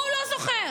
הוא לא זוכר.